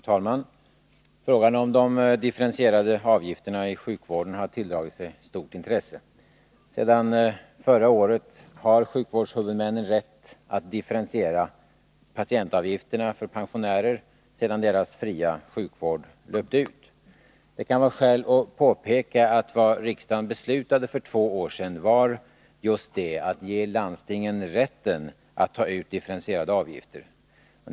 Fru talman! Frågan om de differentierade avgifterna i sjukvården har tilldragit sig stort intresse. Sedan förra året har sjukvårdshuvudmännen rätt att differentiera patientavgifterna för pensionärer sedan deras fria sjukvård löpt ut. Det kan vara skäl att påpeka att vad riksdagen beslutade för två år sedan var just det — att ge landstingen rätten att ta ut differentierade avgifter.